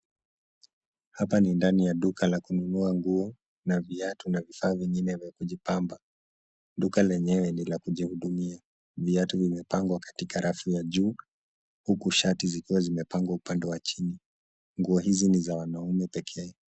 Hapa ni ndani ya duka ya kununua nguo na viatu na vifaa vingine vya kujipamba. Duka lenyewe ni la kujihudumia. Viatu vimepangwa katika rafu ya juu huku shati zikiwa zimepangwa pande ya chini. Nguo hizi ni za wanaume pekee.